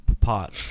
pot